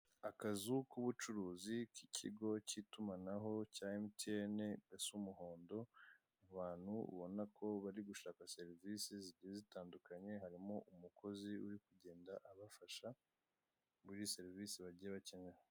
Akazu k'ubucuruzi k'ikigo cy'itumanaho cya emutiyeni gasa umuhondo hari abantu ubona ko bari gushaka serivse zigiye zitandukanye hari umukozi , uri kugenda abafasha muri serivise bagiye bakeneye.